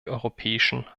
europäischen